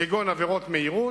כגון עבירות מהירות,